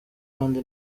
kandi